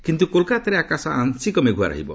କିନ୍ତୁ କୋଲକାତାରେ ଆକାଶ ଆଂଶିକ ମେଘୁଆ ରହିବ